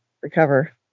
recover